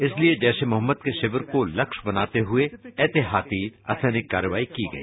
इसलिए जैश ए मोहम्मद के शिविर को लस्य बनाते हुए एहतियाती असैनिक कार्रवाई की गई